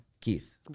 Keith